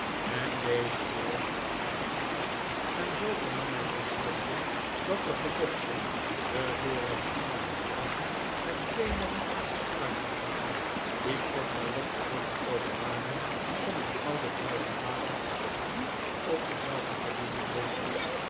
en deze weer naar een ander en zoo vernam hij tenslotte dat de gezochte den vorigen avond laat met twee mannen was uitgegaan die kort daarop teruggekomen waren om een oude vrouw te halen die op dezelfde verdieping woonde